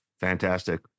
Fantastic